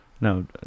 No